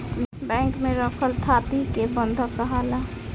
bank में रखल थाती के बंधक काहाला